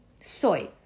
Soy